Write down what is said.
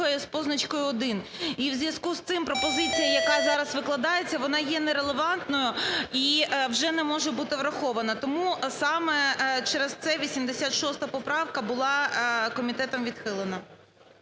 І у зв'язку з цим пропозиція, яка зараз викладається, вона є нерелевантною і вже не може бути врахована. Тому саме через це 86 поправка була комітетом відхилена.